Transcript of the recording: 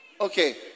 Okay